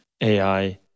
AI